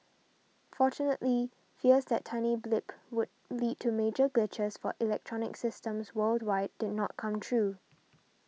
fortunately fears that tiny blip would lead to major glitches for electronic systems worldwide did not come true